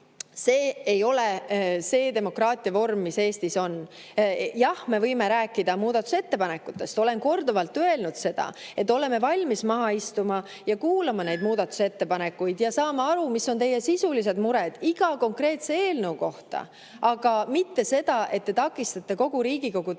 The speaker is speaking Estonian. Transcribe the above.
See ei ole see demokraatia vorm, mis Eestis on. Jah, me võime rääkida muudatusettepanekutest. Olen korduvalt öelnud, et me oleme valmis maha istuma ja kuulama muudatusettepanekuid ja saama aru, mis on teie sisulised mured iga konkreetse eelnõu puhul, mitte [leppima] sellega, et te takistate kogu Riigikogu toimimist